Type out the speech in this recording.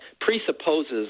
presupposes